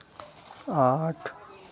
आठ